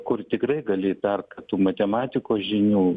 kur tikrai gali įtart kad tų matematikos žinių